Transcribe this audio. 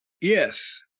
Yes